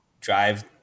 drive